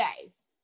days